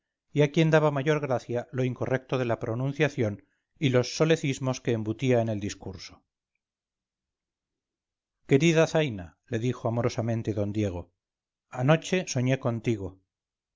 a quien daba mayor gracia lo incorrecto de la pronunciación y los solecismos que embutía en el discurso querida zaina le dijo amorosamente don diego anoche soñé contigo